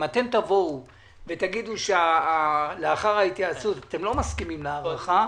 אם אתם תבואו ותגידו לאחר ההתייעצות שאתם לא מסכימים להארכה,